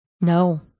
No